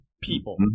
people